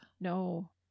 No